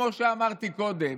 כמו שאמרתי קודם,